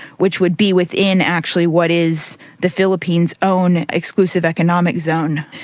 which would be within actually what is the philippines' own exclusive economic zone.